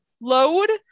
load